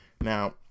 Now